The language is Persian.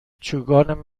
چوگان